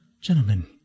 Gentlemen